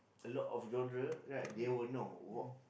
a lot of genre right they will know what